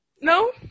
No